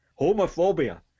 Homophobia